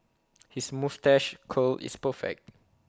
his moustache curl is perfect